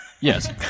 Yes